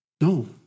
No